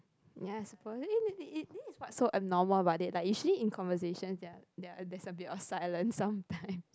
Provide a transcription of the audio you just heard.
ya I supposed this is what's so abnormal about it like usually in conversations there are there are there's a bit of silence sometimes